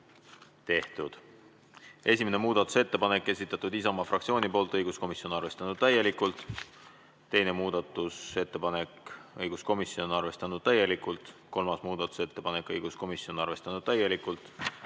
tehtud. Esimene muudatusettepanek, esitanud Isamaa fraktsioon, õiguskomisjon on arvestanud täielikult. Teine muudatusettepanek, õiguskomisjon, arvestatud täielikult. Kolmas muudatusettepanek, õiguskomisjon, arvestatud täielikult.